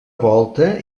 volta